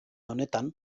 honetan